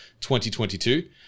2022